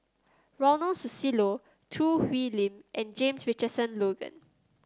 Ronald Susilo Choo Hwee Lim and James Richardson Logan